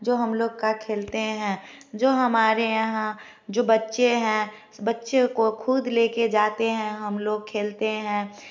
जो हम लोग का खेलते है जो हमारे यहाँ जो बच्चे है बच्चे को खुद लेके जाते है हम लोग खेलते हैं